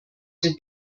the